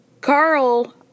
Carl